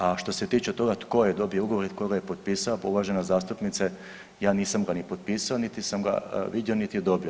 A što se tiče toga tko je dobio ugovor i tko ga je potpisao pa uvažena zastupnice ja nisam ga ni potpisao, niti sam ga vidio, niti odobrio.